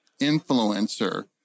influencer